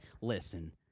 listen